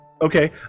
Okay